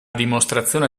dimostrazione